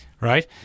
right